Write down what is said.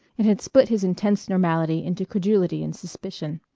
it had split his intense normality into credulity and suspicion.